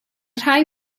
rhai